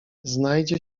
znajdzie